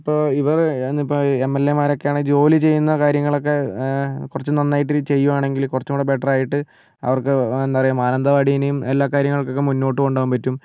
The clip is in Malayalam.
ഇപ്പോൾ ഇവർ ഇന്നിപ്പോൾ എം എൽ എമാർ ഒക്കെയാണെങ്കിൽ ജോലി ചെയ്യുന്ന കാര്യങ്ങളൊക്കെ കുറച്ച് നന്നായിട്ട് ചെയ്യുവാണെങ്കിൽ കുറച്ചുംകൂടി ബെറ്റർ ആയിട്ട് അവർക്ക് എന്താണ് പറയുക മാനന്തവാടിനേയും എല്ലാ കാര്യങ്ങൾക്കൊക്കെ മുന്നോട്ട് കൊണ്ടുപോവാൻ പറ്റും